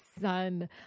sun